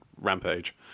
rampage